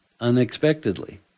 unexpectedly